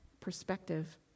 perspective